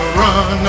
run